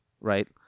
Right